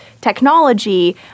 technology